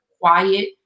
quiet